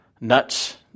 nuts